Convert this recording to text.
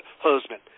husband